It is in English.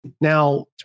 Now